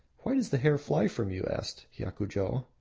why does the hare fly from you? asked hiakujo.